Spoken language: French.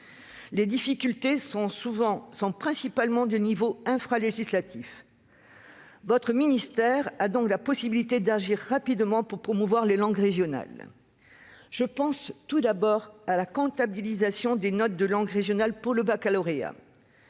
Les difficultés relèvent principalement de l'échelon infralégislatif. Votre ministère a donc la possibilité d'agir rapidement pour promouvoir les langues régionales. Je pense tout d'abord à la comptabilisation des notes des épreuves de langue régionale pour le baccalauréat.